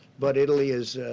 but italy is,